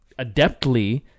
adeptly